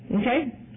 Okay